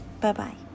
Bye-bye